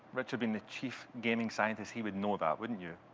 richard being the chief gaming scientist, he would know that, wouldn't you?